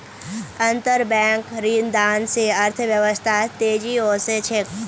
अंतरबैंक ऋणदान स अर्थव्यवस्थात तेजी ओसे छेक